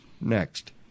next